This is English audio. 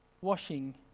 washing